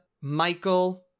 Michael